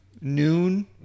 noon